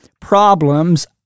problems